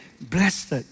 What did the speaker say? blessed